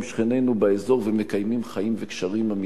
שכנינו באזור ומקיימים חיים בקשרים אמיתיים.